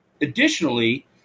Additionally